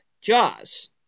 Jaws